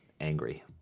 Angry